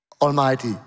Almighty